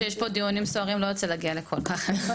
מרוב שיש הרבה עניינים לא יוצא להגיע לכל הוועדות.